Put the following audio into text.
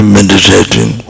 meditating